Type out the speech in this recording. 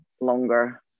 longer